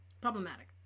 Problematic